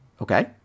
Okay